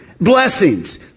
blessings